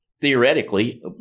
theoretically